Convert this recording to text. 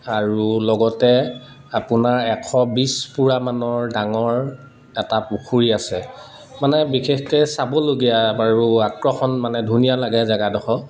আৰু লগতে আপোনাৰ এশ বিছ পোৰা মানৰ ডাঙৰ এটা পুখুৰী আছে মানে বিশেষকে চাবলগীয়া বাৰু আকৰ্ষণ মানে ধুনীয়া লাগে জেগাডোখৰ